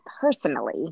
personally